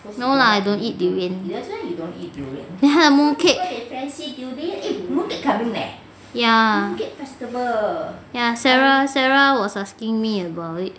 no lah I don't eat durian then ha mooncake ya sarah sarah was asking me about it